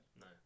No